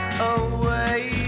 away